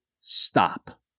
stop